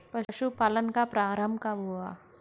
पशुपालन का प्रारंभ कब हुआ?